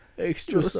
Extra